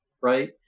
right